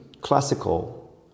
classical